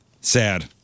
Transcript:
Sad